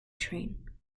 train